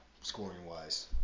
scoring-wise